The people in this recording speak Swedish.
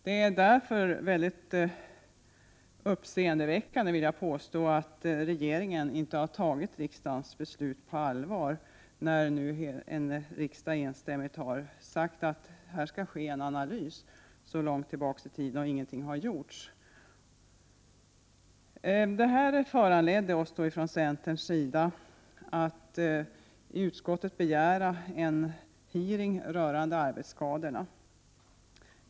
Det är därför mycket uppseendeväckande, vill jag påstå, att regeringen inte har tagit riksdagens beslut på allvar. Riksdagen har enstämmigt långt tillbaka i tiden sagt att en analys skall ske, men ingenting har gjorts. Detta föranledde oss från centerns sida att i utskottet begära en hearing rörande arbetsskadorna.